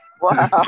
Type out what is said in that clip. Wow